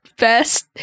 Best